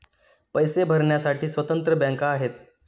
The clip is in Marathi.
पैसे भरण्यासाठी स्वतंत्र बँका आहेत